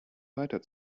weiter